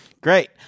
Great